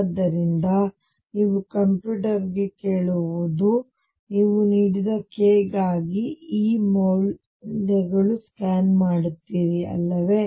ಆದ್ದರಿಂದ ನೀವು ಈಗ ಕಂಪ್ಯೂಟರ್ಗೆ ಕೇಳುತ್ತೀರಿ ನೀವು ನೀಡಿದ k ಗಾಗಿ E ಮೌಲ್ಯಗಳನ್ನು ಸ್ಕ್ಯಾನ್ ಮಾಡುತ್ತೀರಿ ಅಲ್ಲವೇ